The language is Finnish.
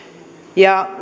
ja